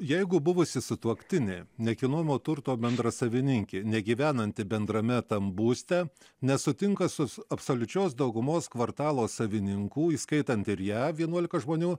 jeigu buvusi sutuoktinė nekilnojamo turto bendrasavininkė negyvenanti bendrame tam būste nesutinka su absoliučios daugumos kvartalo savininkų įskaitant ir ją vienuolika žmonių